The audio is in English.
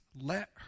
let